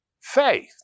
faith